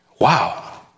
Wow